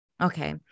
Okay